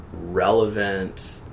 relevant